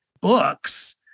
books